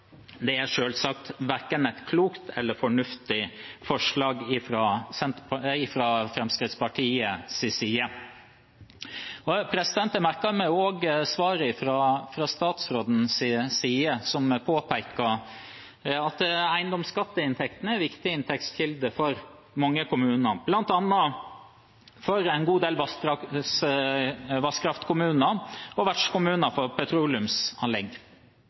Det er selvsagt verken et klokt eller fornuftig forslag fra Fremskrittspartiets side. Jeg merket meg også svaret fra statsråden. Han påpekte at eiendomsskatteinntektene er viktige inntektskilder for mange kommuner, bl.a. for en god del vasskraftkommuner og vertskommuner for petroleumsanlegg.